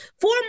Four